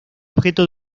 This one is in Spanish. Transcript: objeto